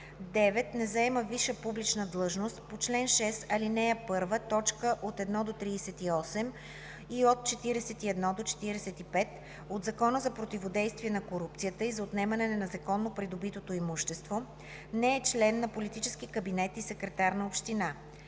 9. не заема висша публична длъжност по чл. 6, ал. 1, т. 1 – 38, 41 – 45 от Закона за противодействие на корупцията и за отнемане на незаконно придобитото имущество, не е член на политически кабинет и секретар на община.